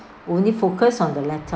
only focus on the laptop